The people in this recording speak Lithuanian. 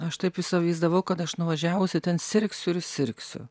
aš taip įsivaizdavau kad aš nuvažiavusi ten sirgsiu ir sirgsiu